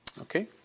okay